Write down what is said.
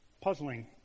puzzling